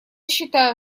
считаю